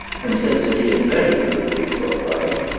and said that he had better do what he thought right.